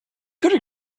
could